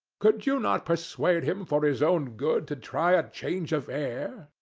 could you not persuade him for his own good to try a change of air?